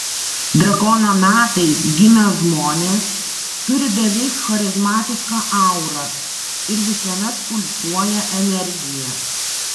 drakono metais gimę žmonės turi beveik charizmatišką aurą ir visuomet pulsuoja energija